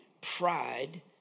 pride